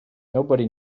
nobody